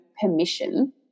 permission